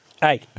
hey